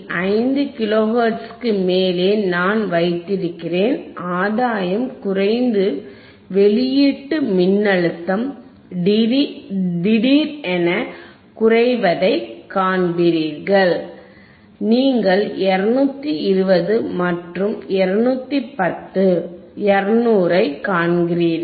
5 kilo ஹெர்ட்ஸுக்கு மேலே நான் வைத்திருக்கிறேன் ஆதாயம் குறைந்து வெளியீட்டு மின்னழுத்தம் திடீரென குறைவதை காண்பீர்கள் நீங்கள் 220 மற்றும் 210 200 ஐக் காண்கிறீர்கள்